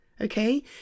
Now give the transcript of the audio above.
okay